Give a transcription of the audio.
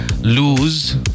lose